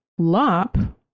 Lop